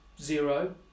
zero